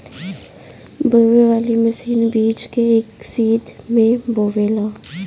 बोवे वाली मशीन बीज के एक सीध में बोवेले